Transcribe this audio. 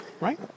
Right